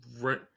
right